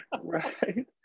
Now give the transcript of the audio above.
Right